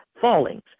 fallings